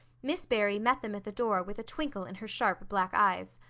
miss barry met them at the door with a twinkle in her sharp black eyes.